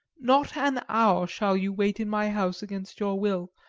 not an hour shall you wait in my house against your will,